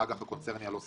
האג"ח הקונצרני הלא סחיר.